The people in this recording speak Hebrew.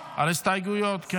ההסתייגויות.